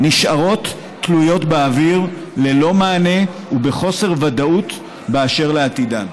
נשארות תלויות באוויר ללא מענה ובחוסר ודאות מוחלט באשר לעתידן.